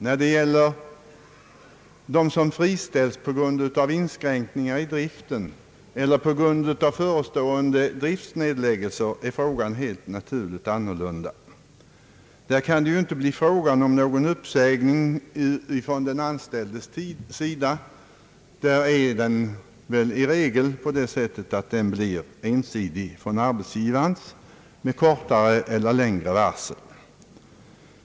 När det gäller dem som friställs på grund av inskränkning i driften eller på grund av förestående driftsnedläggelser är frågan helt naturligt annorlunda. Då kan det ju inte bli fråga om någon uppsägning från den anställdes sida utan endast från arbetsgivaren med kortare eller längre varsel.